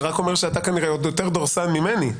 זה רק אומר שאתה כנראה עוד יותר דורסן ממני.